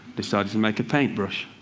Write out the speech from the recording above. decided to make a paintbrush.